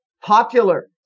popular